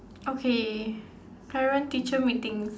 okay parent teacher meetings